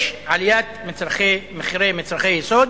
יש עליית מחירי מצרכי יסוד,